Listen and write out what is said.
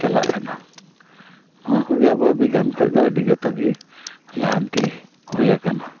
ᱪᱟᱞᱟᱜ ᱠᱟᱱᱟ ᱱᱚᱣᱟ ᱠᱚᱜᱮ ᱟᱵᱚᱣᱟᱜ ᱵᱤᱜᱽᱜᱟᱱ ᱠᱷᱚᱱ ᱫᱚ ᱟᱹᱰᱤ ᱡᱚᱛᱚ ᱜᱮ ᱞᱟᱦᱟᱱᱛᱤ ᱦᱩᱭᱟᱠᱟᱱᱟ